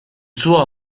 suo